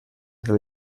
del